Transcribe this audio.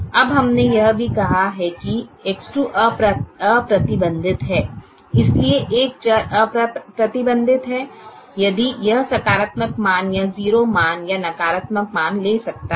अब हमने यह भी कहा है कि X2 अप्रतिबंधित है इसलिए एक चर अप्रतिबंधित है यदि यह सकारात्मक मान या 0 मान या नकारात्मक मान ले सकता है